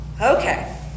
okay